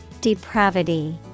Depravity